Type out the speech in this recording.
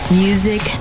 music